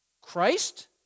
Christ